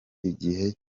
igihe